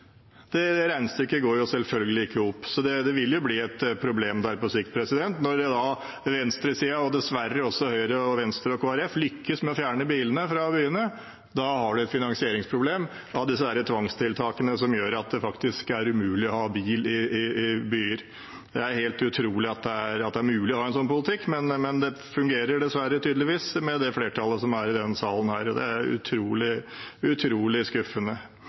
selvfølgelig ikke i hop, så det vil bli et problem der på sikt når venstresiden, og dessverre også Høyre, Venstre og Kristelig Folkeparti, lykkes med å fjerne bilene fra byene. Da har man et finansieringsproblem. Da er det dessverre tvangstiltakene som gjør at det faktisk er umulig å ha bil i byene. Det er helt utrolig at det er mulig å ha en slik politikk, men det fungerer dessverre tydeligvis med det flertallet som er i denne sal. Det er utrolig skuffende. Og det er